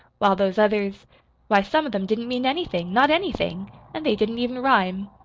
while those others why, some of them didn't mean anything, not anything and they didn't even rhyme!